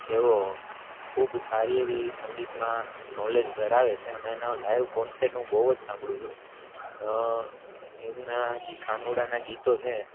જેઓ ખૂબ સારી એવી સંગીતમાં નોલેજ ધરાવે છે અને એનો લાઈવ કોન્સર્ટ હું બહુ સાંભળું છું એમના જે કાનુડાના ગીતો છે